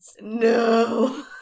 No